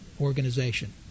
organization